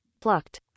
Plucked